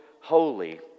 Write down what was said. holy